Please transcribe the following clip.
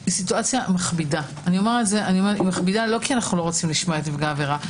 הוא מצב מכביד לא כי אנו לא רוצים לשמוע את נפגע העבירה.